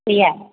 गैया